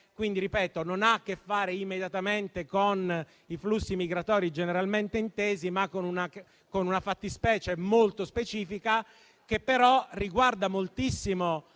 non ha a che fare immediatamente con i flussi migratori generalmente intesi, ma con una fattispecie molto specifica che però riguarda moltissimo